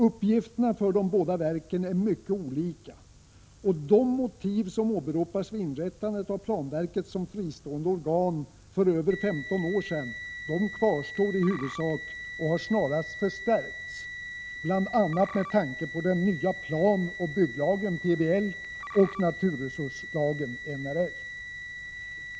Uppgifterna för de båda verken är mycket olika, och de motiv som åberopades vid inrättandet av planverket som fristående organ för över 15 år sedan kvarstår i huvudsak och har snarast förstärkts, bl.a. med tanke på den nya planoch bygglagen och naturresurslagen .